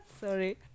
Sorry